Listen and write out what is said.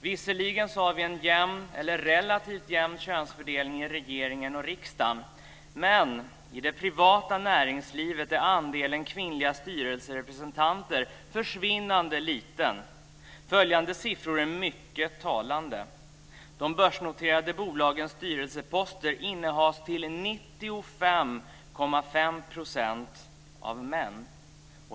Visserligen har vi en relativt jämn könsfördelning i regering och riksdag, men i det privata näringslivet är andelen kvinnliga styrelserepresentanter försvinnande liten. Följande siffror är mycket talande. De börsnoterade bolagens styrelseposter innehas till 95,5 % av män.